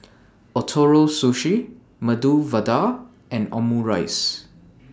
Ootoro Sushi Medu Vada and Omurice